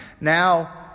now